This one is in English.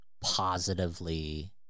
positively